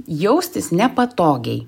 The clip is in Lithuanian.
jaustis nepatogiai